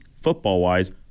football-wise